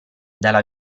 dalla